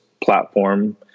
platform